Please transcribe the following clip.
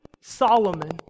Solomon